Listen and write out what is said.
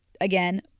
again